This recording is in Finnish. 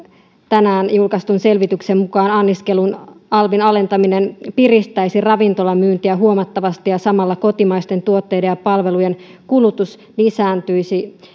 tänään julkaistun selvityksen mukaan anniskelun alvin alentaminen piristäisi ravintolamyyntiä huomattavasti ja samalla kotimaisten tuotteiden ja palvelujen kulutus lisääntyisi